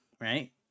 right